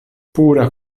pura